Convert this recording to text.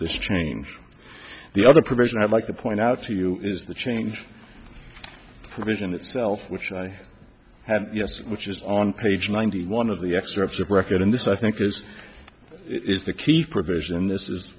this change the other provision i'd like to point out to you is the change vision itself which i had yes which is on page ninety one of the excerpts of record in this i think is is the key provision